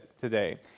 today